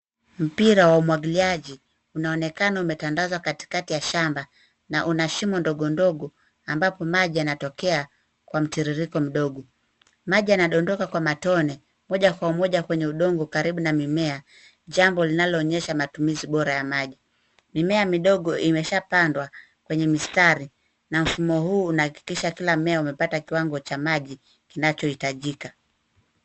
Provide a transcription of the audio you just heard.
Mpira wa umwagiliaji unaonekana umetandazwa katikati ya shamba, na una shimo ndogo ndogo, ambapo maji yanatokea kwa mtiririko mdogo. Maji yanadondoka kwa matone, moja kwa moja kwenye udongo karibu na mimea, jambo linaloonyesha matumizi bora ya maji. Mimea midogo imeshapandwa kwenye mistari, na mfumo huu unaakikisha kila mmea umepata kiwango cha maji kinachohitajika.